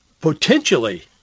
potentially